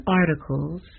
articles